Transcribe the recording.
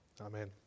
Amen